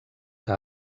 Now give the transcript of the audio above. que